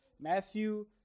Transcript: Matthew